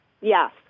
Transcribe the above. Yes